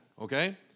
okay